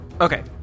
Okay